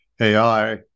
AI